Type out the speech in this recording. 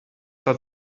hat